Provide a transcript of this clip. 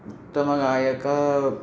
उत्तमगायिका